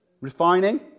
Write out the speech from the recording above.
Refining